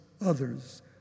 others